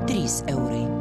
trys eurai